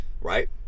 right